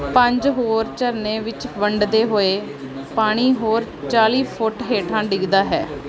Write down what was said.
ਪੰਜ ਹੋਰ ਝਰਨੇ ਵਿੱਚ ਵੰਡਦੇ ਹੋਏ ਪਾਣੀ ਹੋਰ ਚਾਲੀ ਫੁੱਟ ਹੇਠਾਂ ਡਿੱਗਦਾ ਹੈ